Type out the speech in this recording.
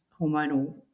hormonal